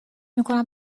میکنم